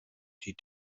die